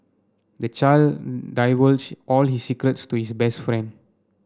the child divulged all his secrets to his best friend